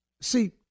See